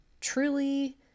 truly